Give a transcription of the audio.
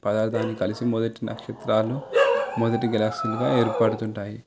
పదార్థాన్ని కలిసి మొదటి నక్షత్రాలు మొదటి గెలాక్సీలుగా ఏర్పడుతుంటాయి